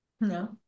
No